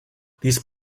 these